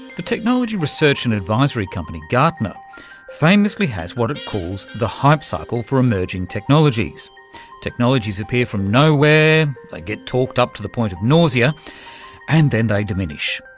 the technology research and advisory company gartner famously has what it calls the hype cycle for emerging technologies technologies appear from nowhere, they like get talked up to the point of nausea and then they diminish,